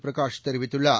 பிரகாஷ் தெரிவித்துள்ளார்